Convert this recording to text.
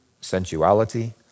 sensuality